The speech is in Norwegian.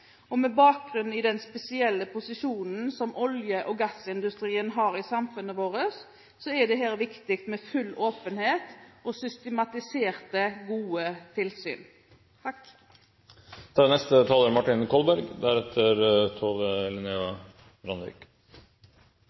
Med bakgrunn i den spesielle posisjonen olje- og gassindustrien har i samfunnet vårt, er det her viktig med full åpenhet, og systematiserte, gode tilsyn. Fra flere talere er